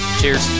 Cheers